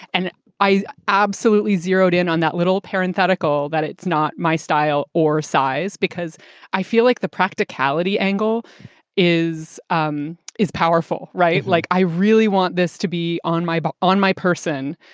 and i absolutely zeroed in on that little parenthetical. that it's not my style or size because i feel like the practicality angle is um is powerful. right. like, i really want this to be on my back but on my person.